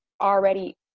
already